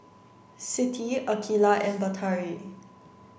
Siti Aqilah and Batari